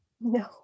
No